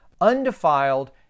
undefiled